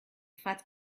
fat